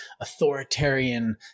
authoritarian